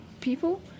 people